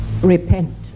Repent